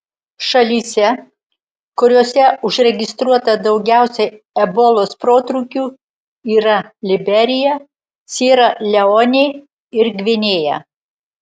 šalyse kuriose užregistruota daugiausiai ebolos protrūkių yra liberija siera leonė ir gvinėja